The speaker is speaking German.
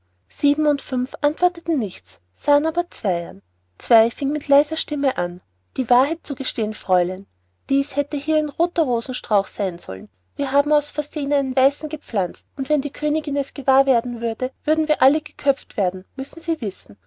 fünf und sieben antworteten nichts sahen aber zwei an zwei fing mit leiser stimme an die wahrheit zu gestehen fräulein dies hätte hier ein rother rosenstrauch sein sollen und wir haben aus versehen einen weißen gepflanzt und wenn die königin es gewahr würde würden wir alle geköpft werden müssen sie wissen